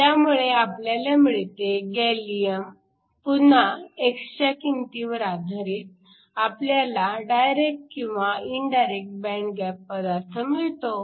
ह्यामुळे आपल्याला मिळते गॅलीअम पुन्हा x च्या किंमतीवर आधारित आपल्याला डायरेक्ट किंवा इन्डायरेक्ट बँड गॅप पदार्थ मिळतो